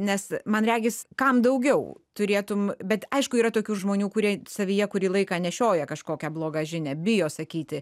nes man regis kam daugiau turėtum bet aišku yra tokių žmonių kurie savyje kurį laiką nešioja kažkokią blogą žinią bijo sakyti